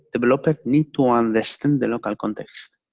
the developer needs to understand the local context.